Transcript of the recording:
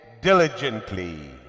diligently